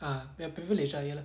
ah ya privilege ah ya lah